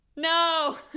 No